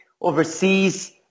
overseas